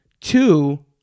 Two